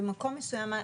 במקום מסוים,